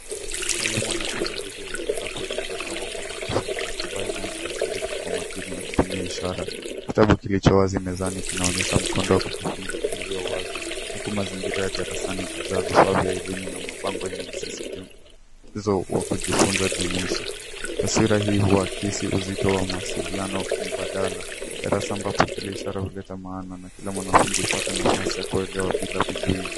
Mwalimu anatumia lugha ya ishara kueleza somo kwa mwanafunzi, ambaye naye anashiriki kwa makini akitumia ishara. Kitabu kilicho wazi mezani kinaonyesha mkondo wa kujifunza ulio wazi, huku mazingira ya darasani yakijaa vifaa vya elimu na mabango yenye msisitizo wa kujifunza jumuishi. Taswira hii huakisi, uzito wa mawasiliano mbadala, darasa ambacho kila ishara huleta maana, na kila wanafunzi hupata nafasi ya kuelewa bila vizuizi.